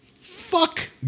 Fuck